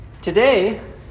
Today